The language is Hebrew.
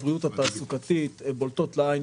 עובדות.